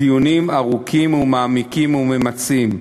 דיונים ארוכים ומעמיקים וממצים.